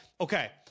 okay